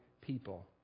people